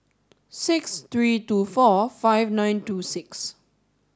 six three two four five nine two six